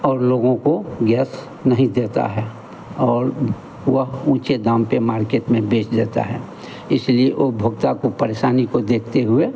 और लोगों को गैस नहीं देता है और वह ऊँछे दाम पर मार्केट में बेच लेता है इसलिए उपभोक्ता को परेशानी को देखते हुए